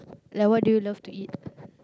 like what do you love to eat